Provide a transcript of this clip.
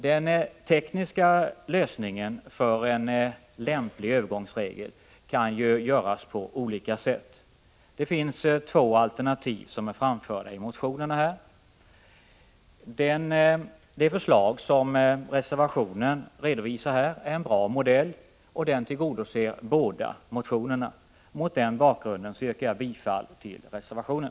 Den tekniska lösningen för en lämplig övergångsregel kan ju utformas på olika sätt. Två alternativ har framförts i motionerna. Det förslag som redovisas i reservationen är en bra modell, och den tillgodoser båda motionerna. Mot den bakgrunden yrkar jag bifall till reservationen.